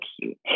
cute